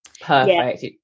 perfect